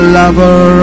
lover